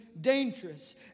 dangerous